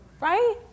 right